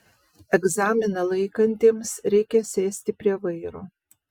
egzaminą laikantiems reikia sėsti prie vairo